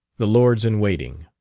the lords in waiting.